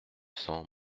cents